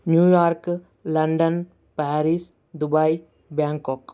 New York London Paris Dubai Bangkok